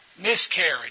miscarriage